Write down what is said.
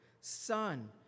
son